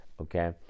okay